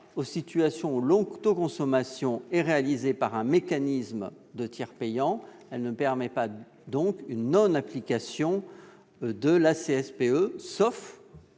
aux situations où l'autoconsommation est réalisée par un mécanisme de tiers payant une non-application de la CSPE, sauf